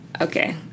okay